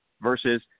versus